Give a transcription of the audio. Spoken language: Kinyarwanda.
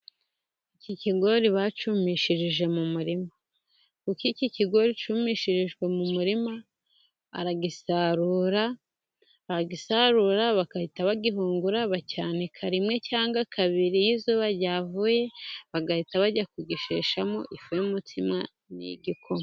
Iki kigori bacyumishirije mu murima, kuko iki kigori cyumishirijwe mu murima, baragisarura ,bagisarura bagahita bagihungura , bakacyanika rimwe cyangwa kabiri iyo izuba ryavuye , bagahita bajya kugisheshamo ifu y'umutsima n'igikoma.